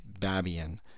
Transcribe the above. babian